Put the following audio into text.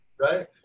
right